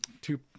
two